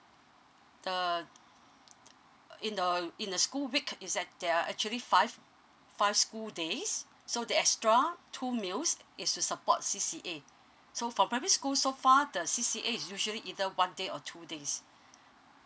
the in the in a school week is that there're actually five five school days so the extra two meals is to support C_C_A so for primary school so far the C_C_A is usually either one day or two days